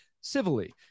civilly